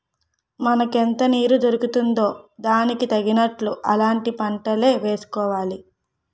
మనకెంత నీరు దొరుకుతుందో దానికి తగినట్లు అలాంటి పంటలే వేసుకోవాలి